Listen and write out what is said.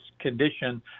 condition